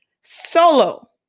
solo